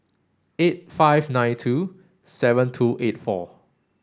eight five nine two seven two eight four